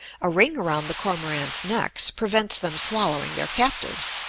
a ring around the cormorants' necks prevents them swallowing their captives,